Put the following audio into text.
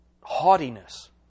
haughtiness